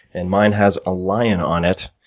and mine has a lion on it.